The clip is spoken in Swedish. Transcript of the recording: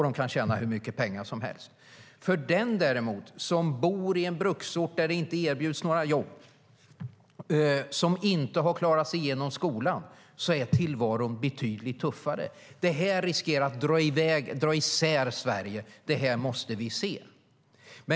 De kan tjäna hur mycket pengar som helst. För den som däremot bor i en bruksort där det inte erbjuds några jobb och som inte har klarat sig genom skolan är tillvaron betydligt tuffare. Det här riskerar att dra isär Sverige, och det måste vi se.